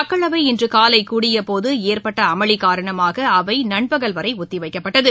மக்களவை இன்று காலை கூடியபோது ஏற்பட்ட அமளி காரணமாக அவை நண்பகல் வரை ஒத்திவைக்கப்பட்டது